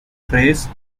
phrase